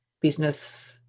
business